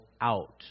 out